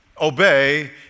obey